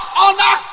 honor